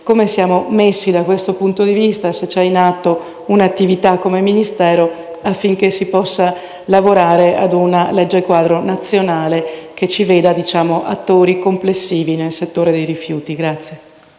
come siamo messi da questo punto di vista e se sia in essere un'attività del Ministero affinché si possa lavorare ad una legge quadro nazionale, che ci veda attori complessivi nel settore dei rifiuti.